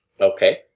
Okay